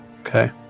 Okay